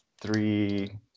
three